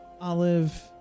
Olive